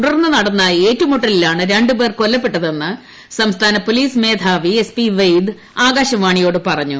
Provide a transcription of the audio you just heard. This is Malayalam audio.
തുടർന്ന് നടന്ന ഏറ്റുമുട്ടലിലാണ് രണ്ടുപേർ കൊല്ലപ്പെട്ടതെന്ന് സംസ്ഥാന പൊലീസ് മേധാവി എസ് പി വൈദ് ആകാശവാണിയോട് പറഞ്ഞു